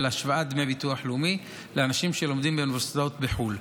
השוואת דמי ביטוח לאומי לאנשים שלומדים באוניברסיטאות בחו"ל.